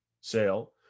sale